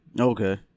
Okay